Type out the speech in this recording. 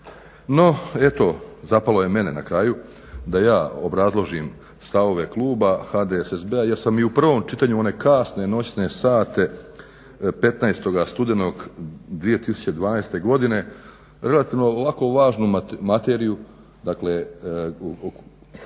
No eto zapelo me mene na kraju da ja obrazložim stavove kluba HDSSB-a jer sam i u prvom čitanju u one kasne noćne sata 15. studenog 2012. godine relativno ovako važnu materiju o kojoj